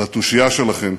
על התושייה שלכם.